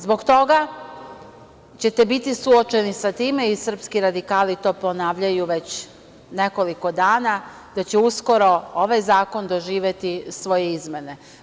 Zbog toga ćete biti suočeni sa time i srpski radikali to ponavljaju već nekoliko dana, da će uskoro ovaj zakon doživeti svoje izmene.